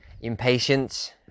impatience